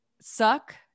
suck